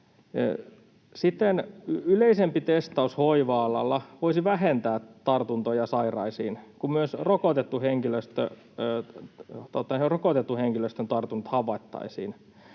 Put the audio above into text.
yleisempi testaus hoiva-alalla voisi vähentää tartuntoja sairaisiin, kun myös rokotetun henkilöstön tartunnat havaittaisiin.